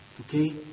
Okay